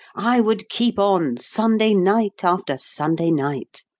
i would keep on, sunday night after sunday night.